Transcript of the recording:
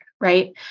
right